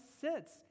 sits